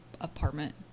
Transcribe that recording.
apartment